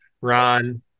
Ron